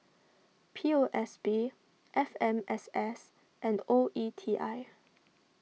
P O S B F M S S and O E T I